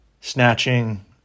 snatching